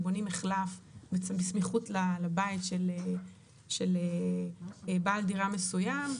למשל בונים מחלף בסמיכות לבית של בעל דירה מסוים,